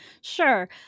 Sure